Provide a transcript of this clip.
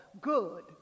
good